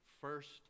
first